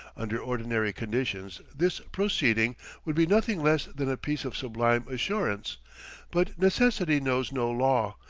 under ordinary conditions this proceeding would be nothing less than a piece of sublime assurance but necessity knows no law,